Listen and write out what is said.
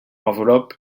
enveloppe